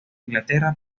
inglaterra